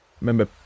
remember